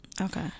Okay